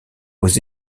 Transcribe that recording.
aux